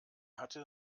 hatte